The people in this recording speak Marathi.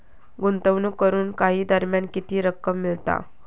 गुंतवणूक करून काही दरम्यान किती रक्कम मिळता?